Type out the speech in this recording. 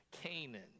Canaan